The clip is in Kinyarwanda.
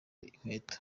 inkweto